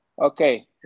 Okay